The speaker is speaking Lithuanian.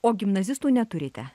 o gimnazistų neturite